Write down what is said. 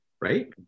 right